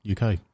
UK